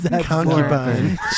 Concubine